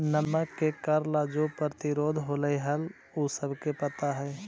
नमक के कर ला जो प्रतिरोध होलई हल उ सबके पता हई